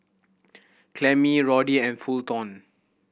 Clemmie Roddy and Fulton